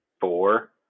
four